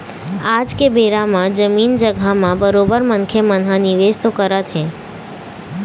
आज के बेरा म जमीन जघा म बरोबर मनखे मन ह निवेश तो करत हें